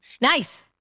Nice